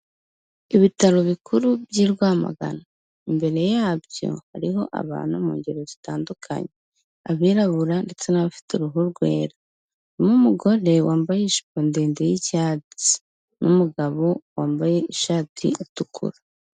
Ibitaro bikuru by'i Rwamagana, imbere yabyo hariho abantu mu ngeri zitandukanye, abirabura ndetse n'abafite uruhu rwera, harimo umugore wambaye ijipo ndende y'icyatsi n'umugabo wambaye ishati itukura.